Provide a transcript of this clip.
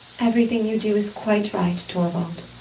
everything you do is quite right, torvald.